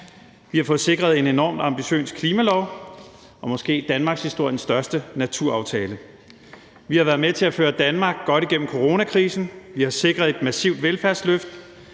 Vi har fået sikret en enormt ambitiøs klimalov og måske danmarkshistoriens største naturaftale; vi har været med til at føre Danmark godt igennem coronakrisen; vi har sikret et massivt velfærdsløft;